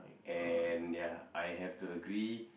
and ya I have to agree